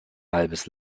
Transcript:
halbes